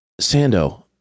Sando